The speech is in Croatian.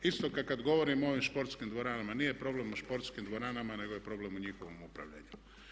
Isto, kad govorimo o ovim športskim dvoranama, nije problem u športskim dvoranama nego je problem u njihovom upravljanju.